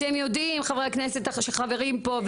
אתם יודעים חברי הכנסת שחברים פה,